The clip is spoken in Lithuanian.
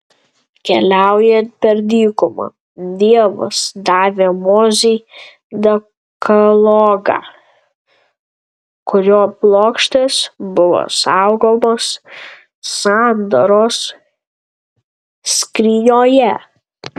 keliaujant per dykumą dievas davė mozei dekalogą kurio plokštės buvo saugomos sandoros skrynioje